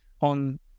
on